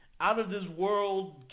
out-of-this-world